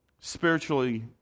spiritually